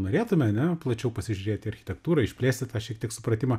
norėtume ane plačiau pasižiūrėt į architektūrą išplėsti tą šiek tiek supratimą